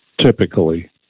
typically